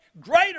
greater